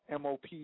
MOP